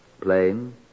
plain